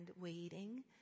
waiting